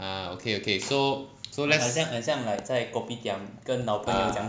ah okay okay so so let's ah